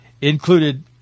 included